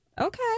Okay